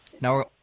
Now